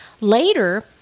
Later